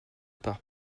par